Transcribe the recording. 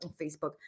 Facebook